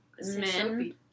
men